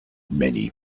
many